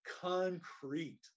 concrete